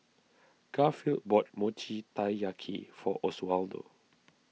Garfield bought Mochi Taiyaki for Oswaldo